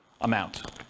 amount